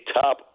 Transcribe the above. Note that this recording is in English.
top